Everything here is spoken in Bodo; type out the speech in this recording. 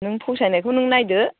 नों फसायनायखौ नों नायदो